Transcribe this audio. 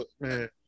Man